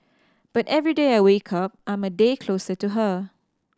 but every day I wake up I'm a day closer to her